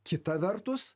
kita vertus